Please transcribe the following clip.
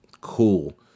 Cool